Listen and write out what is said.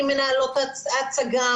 ממנהלות ההצגה